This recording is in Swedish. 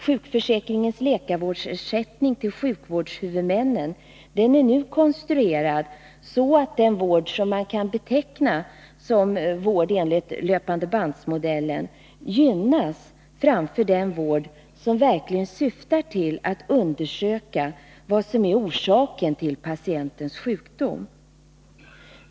Sjukförsäkringens läkarvårdsersättning till sjukvårdshuvudmännen är nu konstruerad så, att den vård som kan betecknas som vård enligt löpande-bands-modellen gynnas framför den vård som verkligen syftar till att undersöka vad som är orsaken till patientens sjukdom.